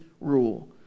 rule